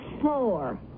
four